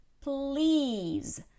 please